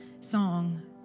song